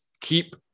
keep